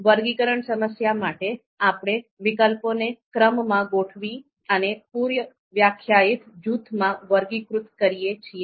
વર્ગીકરણ સમસ્યા માટે આપણે વિકલ્પોને ક્રમમાં ગોઠવી અને પૂર્વ વ્યાખ્યાયિત જૂથમાં વર્ગીકૃત કરીએ છીએ